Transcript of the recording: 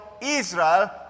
Israel